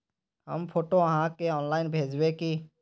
हम फोटो आहाँ के ऑनलाइन भेजबे की?